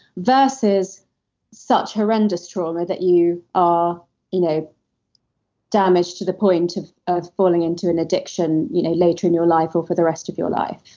versus such horrendous trauma that you are you know damaged to the point of falling into an addiction you know later in your life or for the rest of your life.